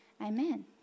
Amen